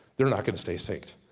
they're not gonna stay synced.